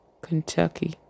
Kentucky